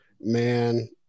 man